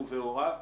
הוא והוריו,